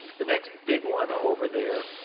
the next big one over there,